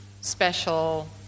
special